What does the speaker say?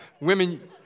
Women